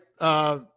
right